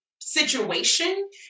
situation